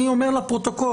אני אומר לפרוטוקול,